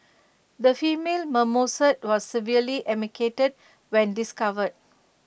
the female marmoset was severely emaciated when discovered